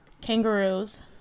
Kangaroos